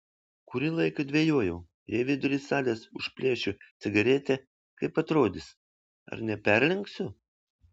kurį laiką dvejojau jei vidury salės užplėšiu cigaretę kaip atrodys ar neperlenksiu